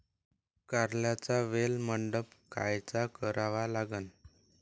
कारल्याचा वेल मंडप कायचा करावा लागन?